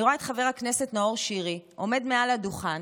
אני רואה את חבר הכנסת נאור שירי עומד מעל הדוכן